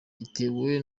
yatewe